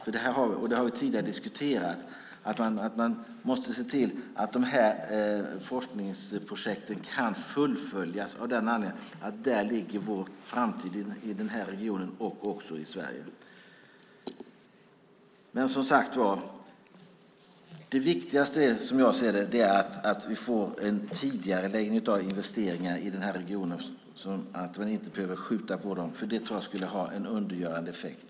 Vi har tidigare diskuterat att man måste se till att dessa forskningsprojekt kan fullföljas av den anledningen att den här regionens framtid och Sveriges framtid ligger där. Men det viktigaste, som jag ser det, är att vi får en tidigareläggning av investeringar i den här regionen så att man inte behöver skjuta på dem. Det tror jag skulle ha en undergörande effekt.